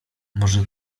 może